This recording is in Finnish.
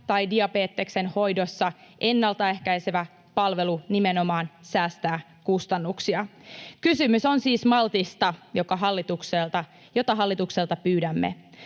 tai diabeteksen hoidossa ennaltaehkäisevä palvelu nimenomaan säästää kustannuksia. Kysymys on siis maltista, jota hallitukselta pyydämme.